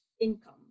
income